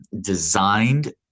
designed